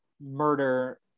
murder